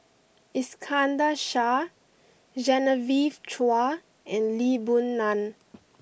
Iskandar Shah Genevieve Chua and Lee Boon Ngan